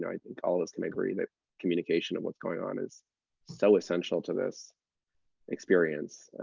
and i think, all of us can agree that communication of what's going on is so essential to this experience.